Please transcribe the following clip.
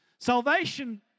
Salvation